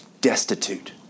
destitute